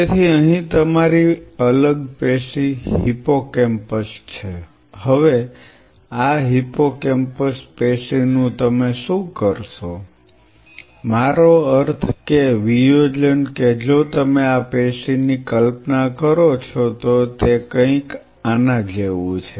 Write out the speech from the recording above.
તેથી અહીં તમારી અલગ પેશી હિપ્પોકેમ્પસ છે હવે આ હિપ્પોકેમ્પસ પેશીનું તમે શું કરશો મારો અર્થ કે વિયોજન કે જો તમે આ પેશીની કલ્પના કરો છો તો તે કંઈક આના જેવું છે